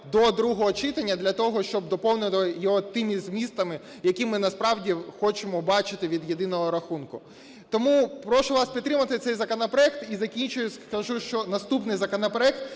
до другого читання для того, щоб доповнити його тими змістами, які ми насправді хочемо бачити від "єдиного рахунку". Тому прошу вас підтримати цей законопроект. І закінчуючи скажу, що наступний законопроект